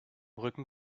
rücken